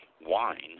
wine